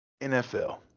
NFL